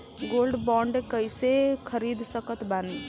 Gold bond कईसे खरीद सकत बानी?